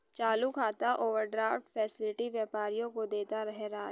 चालू खाता overdraft facility व्यापारियों को देता है राज